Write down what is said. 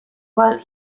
while